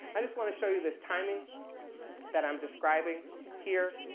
i just want to show you this timing that i'm describing here,